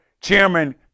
Chairman